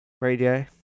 radio